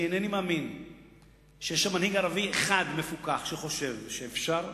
אני אינני מאמין שיש היום מנהיג ערבי אחד מפוכח שחושב שאפשר,